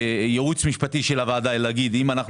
ייעוץ משפטי של הוועדה שיגיד אם אנחנו